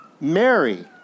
Mary